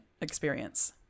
experience